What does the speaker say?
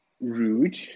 rude